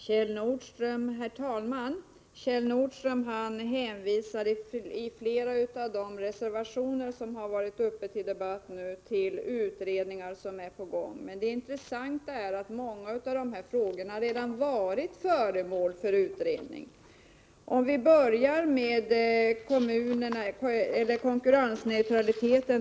Herr talman! Kjell Nordström hänvisade när det gäller flera av de reservationer som varit uppe till debatt till pågående utredningar, men det intressanta är att många av dessa frågor redan varit föremål för utredning. Vi kan börja med konkurrensneutraliteten.